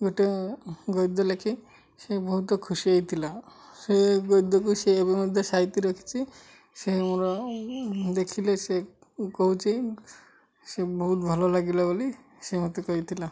ଗୋଟେ ଗଦ୍ୟ ଲେଖି ସେ ବହୁତ ଖୁସି ହେଇଥିଲା ସେ ଗଦ୍ୟକୁ ସେ ଏବେ ମଧ୍ୟ ସାଇତି ରଖିଛି ସେ ମୋର ଦେଖିଲେ ସେ କହୁଛି ସେ ବହୁତ ଭଲ ଲାଗିଲା ବୋଲି ସେ ମୋତେ କହିଥିଲା